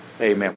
Amen